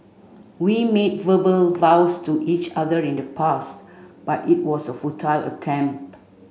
we made verbal vows to each other in the past but it was a futile attempt